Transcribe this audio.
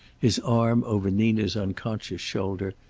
his arm over nina's unconscious shoulder,